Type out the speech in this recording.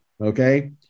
okay